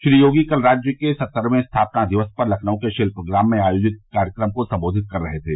श्री योगी कल राज्य के सत्तरवें स्थापना दिवस पर लखनऊ के शिल्पग्राम में आयोजित कार्यक्रम को संबोधित कर रहे थे